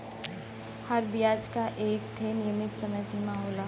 हर बियाज क एक ठे नियमित समय सीमा होला